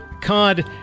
Cod